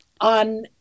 on